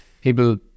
people